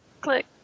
click